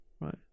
right